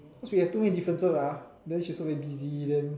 cause we have too many differences ah then she also very busy then